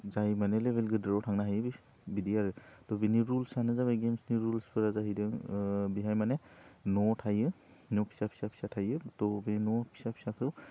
जाय मानि लेभेल गोदोराव थांनो हायो बिदि आरो थह बिनि रुलसआनो जाबाय गेमसनि रुलसफोरा जाहैदों बिहा मानि न' थायो न' फिसा फिसा थायो थह बे न' फिसा फिसाखौ